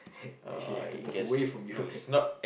and she have to move away from you